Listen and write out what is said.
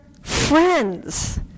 friends